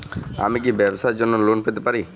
আমি কি ব্যবসার জন্য লোন পেতে পারি?